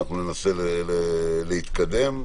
ננסה להתקדם,